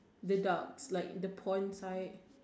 the ducks like the pond side